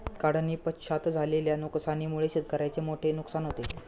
काढणीपश्चात झालेल्या नुकसानीमुळे शेतकऱ्याचे मोठे नुकसान होते